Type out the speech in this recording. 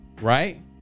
Right